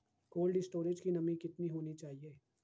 Cold storage की नमी कितनी होनी चाहिए?